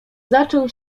zaczął